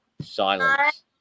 silence